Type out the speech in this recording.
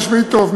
תשמעי טוב,